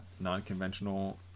Non-conventional